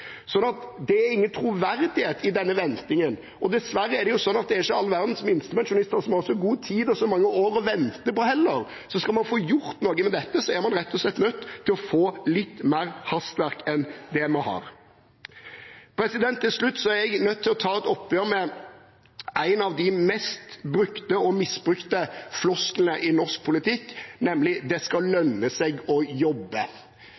Det er ingen troverdighet i denne ventingen, og dessverre er det sånn at all verdens minstepensjonister heller ikke har så god tid og så mange år til å vente. Skal man få gjort noe med dette, er man rett og slett nødt til å få litt mer hastverk enn man har. Til slutt er jeg nødt til å ta et oppgjør med en av de mest brukte og misbrukte flosklene i norsk poltikk, nemlig: Det skal lønne seg å jobbe.